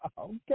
Okay